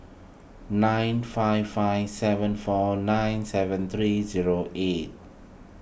nine five five seven four nine seven three zero eight